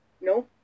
no